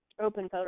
open